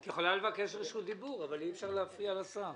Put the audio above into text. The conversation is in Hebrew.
את יכולה לבקש רשות דיבור אבל אי אפשר להפריע לשר.